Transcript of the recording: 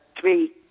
three